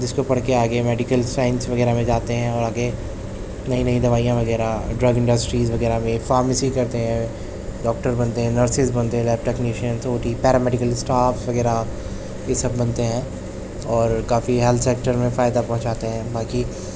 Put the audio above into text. جس کو پڑھ کے آگے میڈیکل سائنس وغیرہ میں جاتے ہیں اور آگے نئی نئی دوائیاں وغیرہ ڈرگ انڈسٹریز وغیرہ میں فارمیسی کرتے ہیں ڈاکٹر بنتے ہیں نرسز بنتے ہیں lab technicians O T paramedical staff وغیرہ یہ سب بنتے ہیں اور کافی ہیلتھ سیکٹر میں فائدہ پہونچاتے ہیں باقی